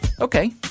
Okay